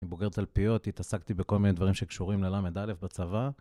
אני בוגר תלפיות, התעסקתי בכל מיני דברים שקשורים ל ל.א. בצבא.